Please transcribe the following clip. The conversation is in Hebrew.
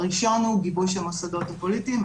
הראשון הוא גיבוש המוסדות הפוליטיים,